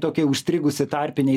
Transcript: tokia užstrigusi tarpinėj